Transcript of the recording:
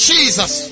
Jesus